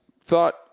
thought